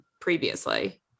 previously